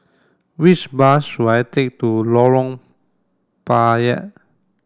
which bus should I take to Lorong Payah